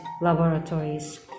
laboratories